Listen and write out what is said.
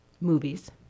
Movies